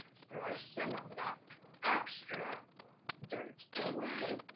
scratch some of that extra dirt away.